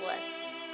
lists